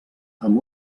amb